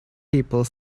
people